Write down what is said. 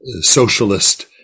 socialist